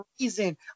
reason